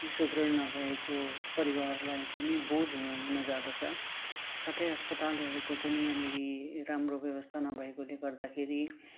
सुदृढ नभएको परिवारलाई एकदमै बो बोझ हुन जाँदछ साथै अस्पतालहरूको पनि यहाँनेर राम्रो व्यवस्था नभएकोले गर्दाखेरि